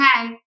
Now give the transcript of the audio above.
okay